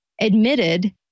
admitted